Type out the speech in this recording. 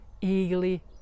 eagerly